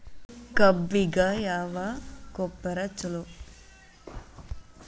ಕಬ್ಬಿಗ ಯಾವ ಗೊಬ್ಬರ ಛಲೋ?